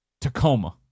Tacoma